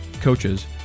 coaches